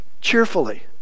cheerfully